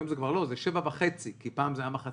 היום זה 7.5% כי פעם זה היה מחצית,